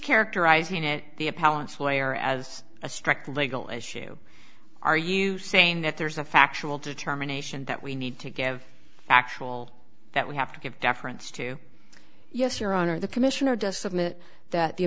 characterizing it the appellant's way or as a strict legal issue are you saying that there's a factual determination that we need to give actual that we have to give deference to yes your honor the commissioner does submit that the